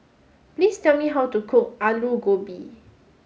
please tell me how to cook Aloo Gobi